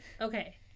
okay